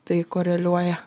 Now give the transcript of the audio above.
tai koreliuoja